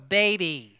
baby